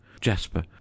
jasper